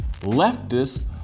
Leftists